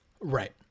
Right